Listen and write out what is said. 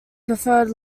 preferred